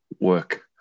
work